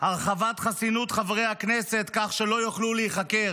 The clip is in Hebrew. הרחבת חסינות חברי הכנסת כך שלא יוכלו להיחקר,